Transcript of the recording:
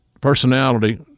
personality